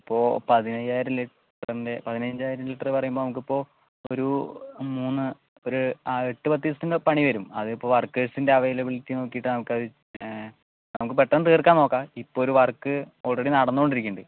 ഇപ്പോൾ പതിനയ്യായിരം ലിറ്ററിൻ്റെ പതിഞ്ചായിരം ലിറ്ററെന്ന് പറയുമ്പോൾ നമുക്ക് ഇപ്പോൾ ഒരു മൂന്ന് ഒരു എട്ട് പത്ത് ദിവസത്തിൻ്റെ പണി വരും അതിപ്പോൾ വർക്കേഴ്സിൻ്റെ അവൈലബിലിറ്റി നോക്കിയിട്ട് ആൾക്കാർ നമുക്ക് പെട്ടെന്ന് തീർക്കാൻ നോക്കാം ഇപ്പോൾ ഒരു വർക്ക് ഓൾറെഡി നടന്നുകൊണ്ടിരിക്കുന്നുണ്ട്